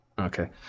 Okay